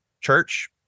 church